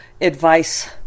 advice